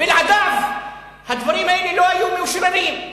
בלעדיו הדברים האלה לא היו מאושררים.